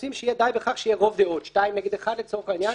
ורוצים שיהיה די בכך שיהיה רוב דעות שתיים נגד אחת לצורך העניין